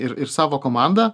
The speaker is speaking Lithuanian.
ir ir savo komandą